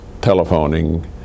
telephoning